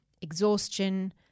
exhaustion